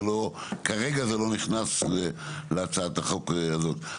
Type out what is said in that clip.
כרגע זה לא נכנס להצעת החוק הזאת.